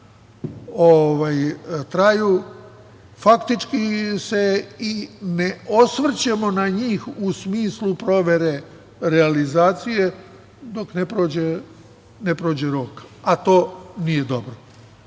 traju, faktički se i ne osvrćemo na njih u smislu provere realizacije, dok ne prođe rok, a to nije dobro.